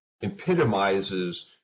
epitomizes